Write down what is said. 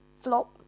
flop